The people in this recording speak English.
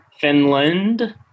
Finland